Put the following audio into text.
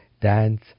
dance